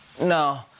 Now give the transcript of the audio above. no